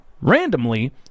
randomly